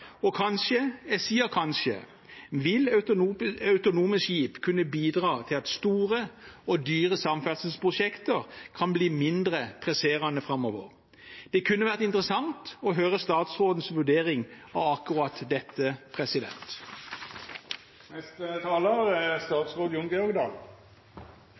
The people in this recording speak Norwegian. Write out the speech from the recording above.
Og kanskje – jeg sier kanskje – vil autonome skip kunne bidra til at store og dyre samferdselsprosjekter kan bli mindre presserende framover. Det kunne vært interessant å høre statsrådens vurdering av akkurat dette. Som representanten var inne på, skjer det mykje spennande, spesielt innan skipsfart. Det er